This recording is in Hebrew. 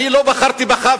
אני לא בחרתי בך,